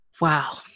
Wow